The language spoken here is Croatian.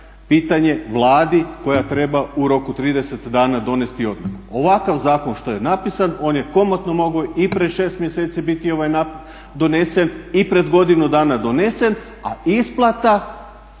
pitanje Vladi koja treba u roku 30 dana donesti odluku." Ovakav zakon što je napisan on je komotno mogao i pred 6 mjeseci biti donesen i pred godinu dana donesen, a isplata